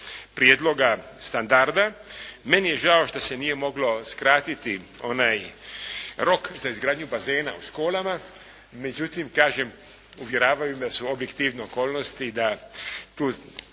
prijedloga standarda. Meni je žao što se nije moglo skratiti onaj rok za izgradnju bazena u školama. Međutim, kažem, uvjeravaju nas u objektivne okolnosti da tu